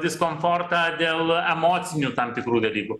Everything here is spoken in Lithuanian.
diskomfortą dėl emocinių tam tikrų dalykų